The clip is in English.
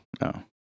No